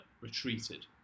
retreated